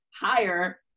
higher